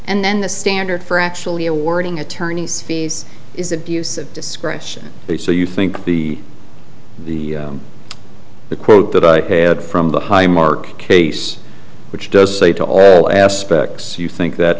and then the standard for actually awarding attorneys fees is abuse of discretion so you think the the the quote that i had from the high mark case which does say to all aspects you think that